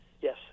Yes